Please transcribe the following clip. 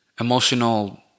emotional